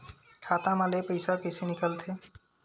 खाता मा ले पईसा कइसे निकल थे?